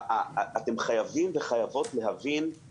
אם עכשיו עברה רק חצי שנה ואנחנו כבר בעשרה